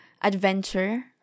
adventure